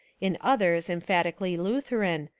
in others emphatically lutheran,